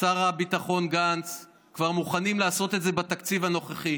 שר הביטחון גנץ כבר מוכנים לעשות את זה בתקציב הנוכחי,